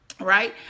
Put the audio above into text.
Right